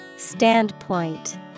Standpoint